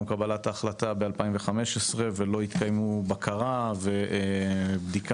קבלת ההחלטה ב-2015 ולא התקיימה בקרה ובדיקה.